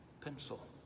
pencil